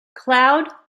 cloud